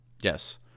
Yes